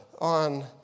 on